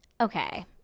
okay